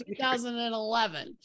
2011